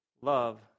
love